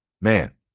Man